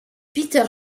peter